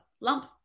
lump